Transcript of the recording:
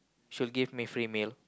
she will give me free meal